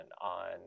on